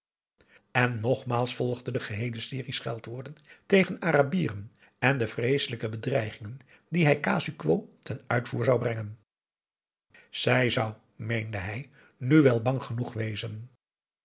en nogmaals volgde de geheele serie scheldwoorden tegen arabieren en de vreeselijke bedreigingen die hij casu quo ten uitvoer zou brengen zij zou meende hij nu wel bang genoeg wezen